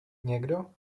někdo